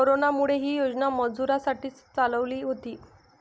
कोरोनामुळे, ही योजना मजुरांसाठी चालवली होती